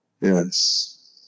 Yes